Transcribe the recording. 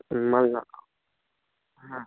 মাল না হ্যাঁ